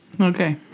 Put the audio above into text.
Okay